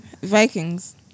Vikings